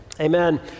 amen